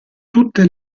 tutte